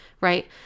right